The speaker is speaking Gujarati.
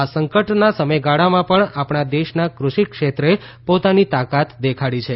આ સંકટના સમયગાળામાં પણ આપણા દેશના કૃષિક્ષેત્રે પોતાની તાકાત દેખાડી છે